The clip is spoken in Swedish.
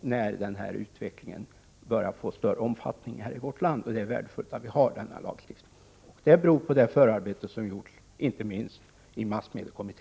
när utvecklingen på detta område börjar få en större omfattning. Det är således värdefullt att ha en lagstiftning. Inte minst har vi massmediekommittén att tacka för det förarbete som denna gjort.